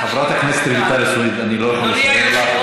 חברת הכנסת רויטל סויד, אני לא יכול לסרב לך.